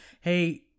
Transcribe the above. Hey